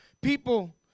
people